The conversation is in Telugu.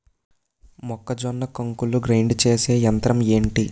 మొక్కజొన్న కంకులు గ్రైండ్ చేసే యంత్రం ఏంటి?